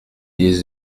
des